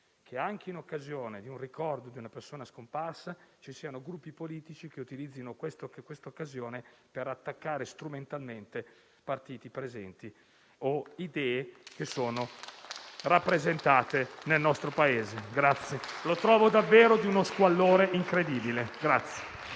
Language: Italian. che, anche in occasione del ricordo di una persona scomparsa, ci siano Gruppi politici che utilizzano questa occasione per attaccare strumentalmente partiti presenti o idee che sono rappresentate nel nostro Paese. Lo trovo davvero di uno squallore incredibile.